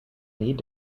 need